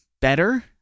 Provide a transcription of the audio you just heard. better